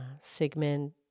Sigmund